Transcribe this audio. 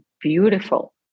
beautiful